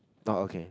oh okay